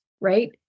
Right